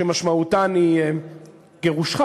שמשמעותם גירושך